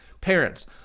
parents